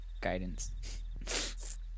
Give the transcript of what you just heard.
guidance